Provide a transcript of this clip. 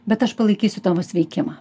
bet aš palaikysiu tavo sveikimą